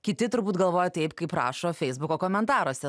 kiti turbūt galvoja taip kaip rašo feisbuko komentaruose